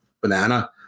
Banana